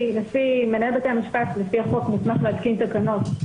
מנהל בתי המשפט לפי החוק מוסמך להתקין תקנות.